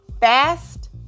fast